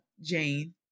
Jane